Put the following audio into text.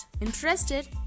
Interested